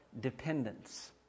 dependence